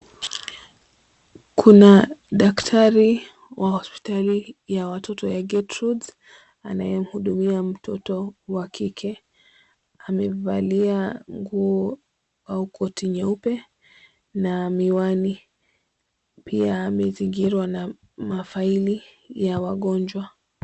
Kuna daktari wa hospitali ya watoto ya getrudes anayehudumia mtoto wa kike, amevalia nguo au koti nyeupe na miwani, pia amezingirwa na mafaili ya wagonjwa.